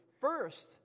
first